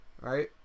right